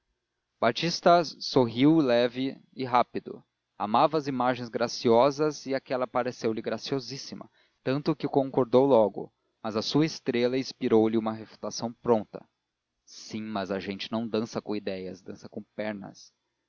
a mesma quadrilha batista sorriu leve e rápido amava as imagens graciosas e aquela pareceu-lhe graciosíssima tanto que concordou logo mas a sua estrela inspirou lhe uma refutação pronta sim mas a gente não dança com ideias dança com pernas